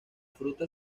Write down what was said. fruta